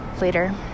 later